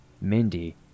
Mindy